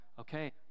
Okay